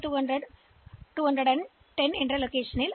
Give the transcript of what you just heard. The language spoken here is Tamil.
எனவே இது 2210H இடத்தில் எண்ணை சேமிக்கும்